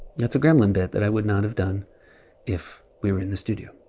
that's a gremlin bit that i would not have done if we were in the studio.